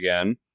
again